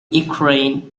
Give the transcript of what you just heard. ukraine